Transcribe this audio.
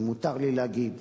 אם מותר לי להגיד,